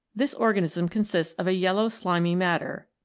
this organism consists of a yellow slimy matter,